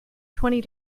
twenty